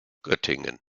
göttingen